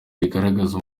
bigaragaza